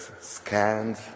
scanned